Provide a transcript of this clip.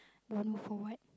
don't know for what